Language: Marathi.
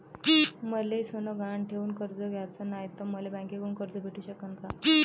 मले सोनं गहान ठेवून कर्ज घ्याचं नाय, त मले बँकेमधून कर्ज भेटू शकन का?